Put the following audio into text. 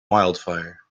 wildfire